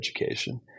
education